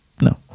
No